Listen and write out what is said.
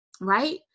right